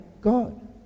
God